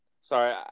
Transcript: Sorry